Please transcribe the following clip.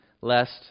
lest